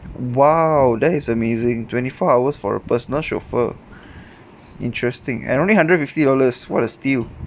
!wow! that is amazing twenty four hours for a personal chauffeur interesting and only a hundred fifty dollars what a steal